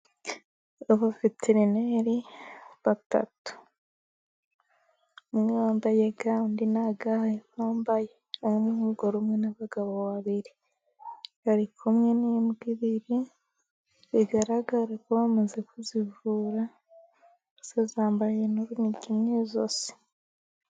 Abaveterineri batatu, umwe wambaye ga undi nta ga yambaye harimo umugore umwe n'abagabo babiri, bari kumwe n'imbwa ebyiri bigaragara ko bamaze kuzivura, zo zambaye n'urunigi mu ijosi.